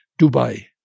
Dubai